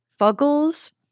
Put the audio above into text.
Fuggles